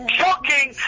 shocking